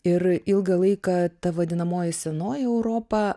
ir ilgą laiką ta vadinamoji senoji europa